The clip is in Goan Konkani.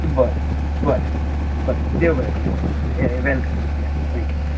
बरें बरें बरें देव बरें करूं या या वेलकम या थेंक यू